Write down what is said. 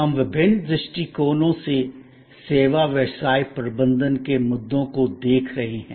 हम विभिन्न दृष्टिकोणों से सेवा व्यवसाय प्रबंधन के मुद्दों को देख रहे हैं